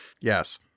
Yes